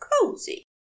cozy